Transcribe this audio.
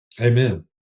Amen